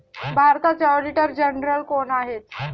भारताचे auditor general कोण आहेत?